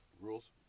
rules